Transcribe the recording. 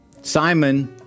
Simon